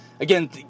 Again